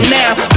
now